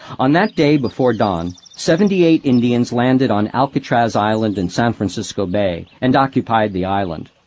on that day, before dawn, seventy-eight indians landed on alcatraz island in san francisco bay and occupied the island.